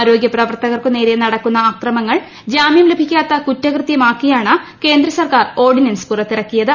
ആരോഗൃ പ്രവർത്തകർക്കു നേരെ നടക്കുന്ന അക്രമങ്ങൾ ജാമ്യം ലഭിക്കാത്ത കുറ്റകൃത്യമാക്കിയാണ് കേന്ദ്ര സർക്കാർ ഓർഡിനൻസ് പുറത്തിറക്കിയത്